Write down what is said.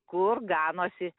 kur ganosi